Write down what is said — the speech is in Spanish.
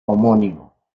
homónimo